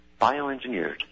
Bioengineered